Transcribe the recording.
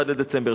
ה-31 בדצמבר,